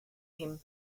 him